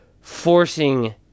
forcing